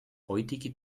heutige